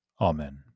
Amen